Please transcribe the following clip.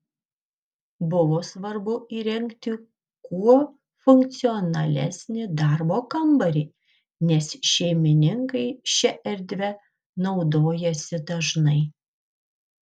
buvo svarbu įrengti kuo funkcionalesnį darbo kambarį nes šeimininkai šia erdve naudojasi dažnai